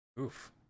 Oof